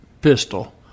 pistol